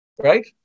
Right